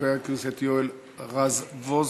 חבר הכנסת יואל רזבוזוב,